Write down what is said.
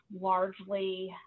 largely